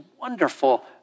wonderful